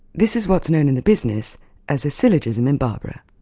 this is what's known in the business as a syllogism in barbara.